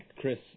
chris